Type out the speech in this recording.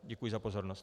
Děkuji za pozornost.